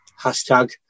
hashtag